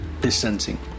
distancing